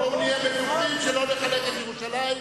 בואו נהיה בטוחים שלא נחלק את ירושלים,